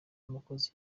umukozi